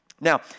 Now